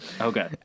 Okay